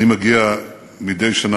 אני מגיע מדי שנה,